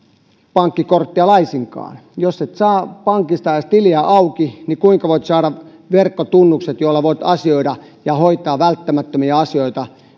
pankkikorttia laisinkaan jos et saa pankista edes tiliä auki niin kuinka voit saada verkkotunnukset joilla voit asioida ja hoitaa välttämättömiä asioita